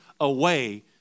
away